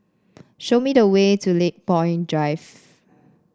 show me the way to Lakepoint Drive